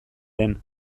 den